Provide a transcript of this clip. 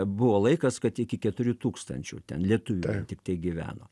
buvo laikas kad iki keturių tūkstančių ten lietuvių tiktai gyveno